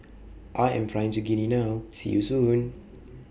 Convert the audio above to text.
I Am Flying to Guinea now See YOU Soon